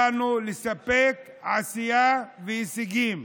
באנו לספק עשייה והישגים.